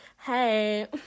Hey